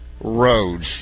Roads